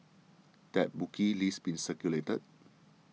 that bookie list being circulated